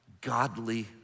Godly